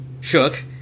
shook